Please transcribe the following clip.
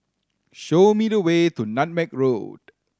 show me the way to Nutmeg Road